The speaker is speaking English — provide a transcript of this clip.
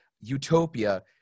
utopia